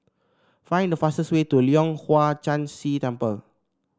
find the fastest way to Leong Hwa Chan Si Temple